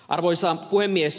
arvoisa puhemies